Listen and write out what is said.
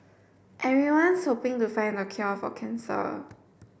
everyone's hoping to find the cure for cancer